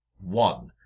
one